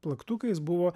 plaktukais buvo